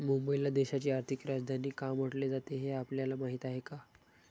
मुंबईला देशाची आर्थिक राजधानी का म्हटले जाते, हे आपल्याला माहीत आहे का?